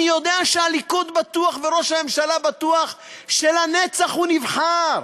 אני יודע שהליכוד בטוח וראש הממשלה בטוח שלנצח הוא נבחר.